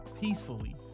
peacefully